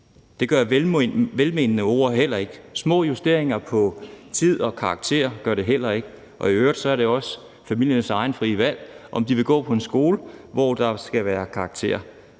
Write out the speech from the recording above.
det gør velmenende ord heller ikke. Små justeringer af tid og karakterer gør det heller ikke. I øvrigt er det også familiens eget frie valg, om børnene skal gå på en skole, hvor der bliver givet karakterer